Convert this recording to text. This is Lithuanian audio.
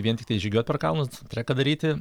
vien tiktai žygiuot per kalnus treką daryti